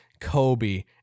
Kobe